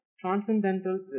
transcendental